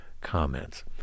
comments